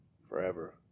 Forever